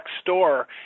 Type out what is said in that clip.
store